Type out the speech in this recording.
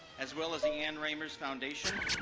as well as the ann reimers foundation,